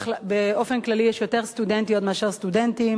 באופן כללי יש יותר סטודנטיות מאשר סטודנטים.